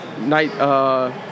night